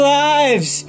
lives